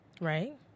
Right